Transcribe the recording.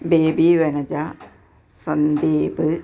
baby Vanaja Sandeep